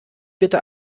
bitte